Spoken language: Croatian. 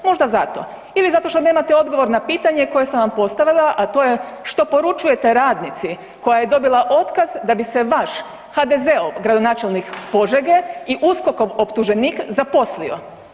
Možda zato ili zato što nemate odgovor na pitanje koje sam vam postavila, a to je što poručujete radnici koja je dobila otkaz da bi se vaš HDZ-ov gradonačelnik Požege i USKOK-ov optuženik zaposlio?